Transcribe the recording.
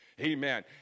Amen